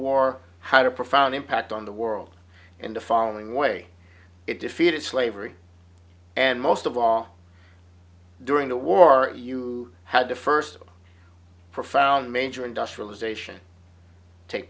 war had a profound impact on the world in the following way it defeated slavery and most of all during the war you had the first profound major industrialization take